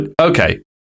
okay